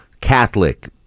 Catholic